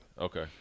Okay